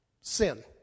Sin